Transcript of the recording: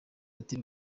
ati